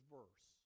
verse